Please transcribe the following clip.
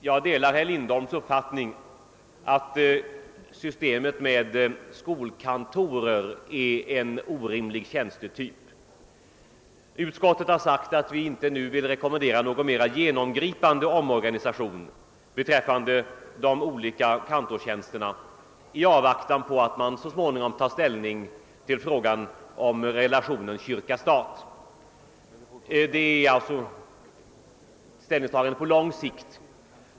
Jag delar herr Lindholms uppfattning att skolkantor är en orimlig tjänstetyp. Utskottet har sagt att det nu inte vill rekommendera någon mer genomgripande omorganisation beträffande de olika kantorstjänsterna i avvaktan på att man så småningom tar Det är alltså fråga om ett ställningstagande på lång sikt.